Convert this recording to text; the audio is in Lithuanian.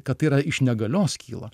kad tai yra iš negalios kyla